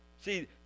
See